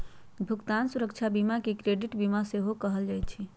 भुगतान सुरक्षा बीमा के क्रेडिट बीमा सेहो कहल जाइ छइ